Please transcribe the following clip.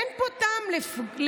אין פה טעם לפגם,